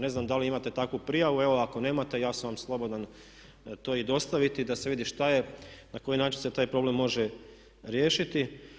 Ne znam da li imate takvu prijavu, evo ako nemate ja sam vam slobodan to i dostaviti da se vidi šta je, na koji način se taj problem može riješiti.